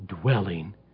dwelling